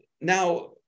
now